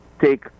take